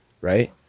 right